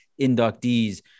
inductees